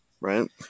right